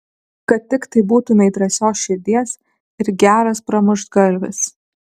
kad tiktai būtumei drąsios širdies ir geras pramuštgalvis